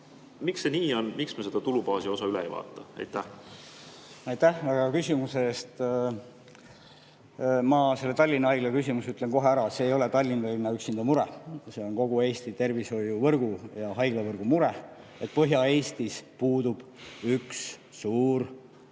Miks see nii on? Miks me seda tulubaasi osa üle ei vaata? Aitäh väga hea küsimuse eest! Ma selle Tallinna Haigla küsimuse kohta ütlen kohe ära, et see ei ole üksinda Tallinna mure, see on kogu Eesti tervishoiuvõrgu ja haiglavõrgu mure, et Põhja-Eestis puudub üks suur keskhaigla